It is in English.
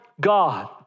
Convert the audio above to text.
God